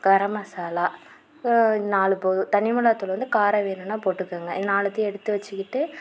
கரம் மசாலா நாலு போதும் தனி மொளா தூள் வந்து காரம் வேணுனால் போட்டுக்கோங்க இது நாலுத்தையும் எடுத்து வச்சுக்கிட்டு